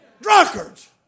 drunkards